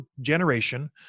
generation